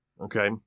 Okay